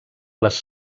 les